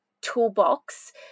toolbox